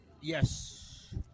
Yes